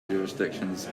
jurisdictions